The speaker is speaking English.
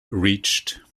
reached